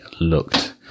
looked